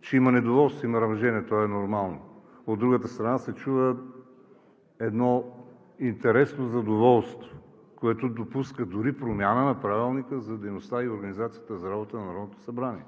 че има недоволство, има ръмжене и то е нормално. От другата страна се чува едно интересно задоволство, което допуска дори промяна на Правилника за организацията и дейността на Народното събрание.